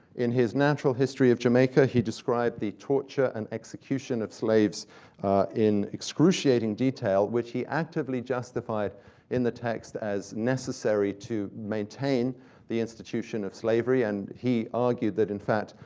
in his natural history of jamaica, he described the torture and execution of slaves in excruciating detail, which he actively justified in the text as necessary to maintain the institution of slavery, and he argued that, in fact,